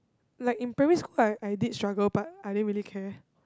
like in primary school I I did struggle but I didn't really care